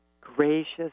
gracious